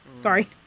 Sorry